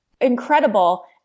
incredible